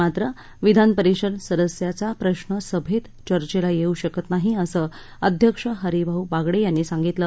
मात्र विधानपरिषद सदस्याचा प्रश्र सभेत चर्चेला येवू शकत नाही असं अध्यक्ष हरीभाऊ बागडे यांनी सांगितलं